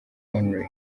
only